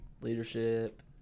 leadership